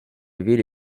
ville